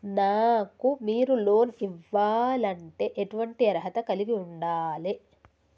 నాకు మీరు లోన్ ఇవ్వాలంటే ఎటువంటి అర్హత కలిగి వుండాలే?